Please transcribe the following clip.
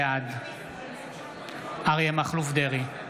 בעד אריה מכלוף דרעי,